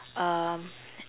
um